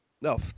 No